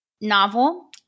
novel